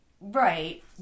Right